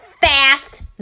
fast